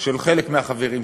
של חלק מהחברים שלי,